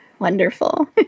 Wonderful